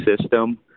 system